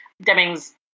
Deming's